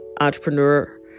entrepreneur